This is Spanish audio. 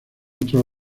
otras